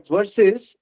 Versus